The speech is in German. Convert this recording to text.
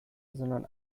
sondern